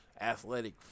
athletic